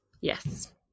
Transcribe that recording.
Yes